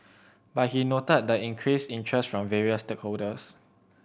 but he noted the increased interest from various stakeholders